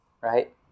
right